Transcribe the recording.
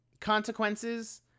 consequences